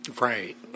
Right